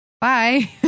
bye